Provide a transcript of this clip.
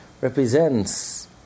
represents